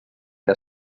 què